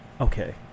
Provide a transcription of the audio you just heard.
okay